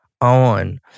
on